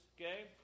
Okay